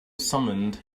summoned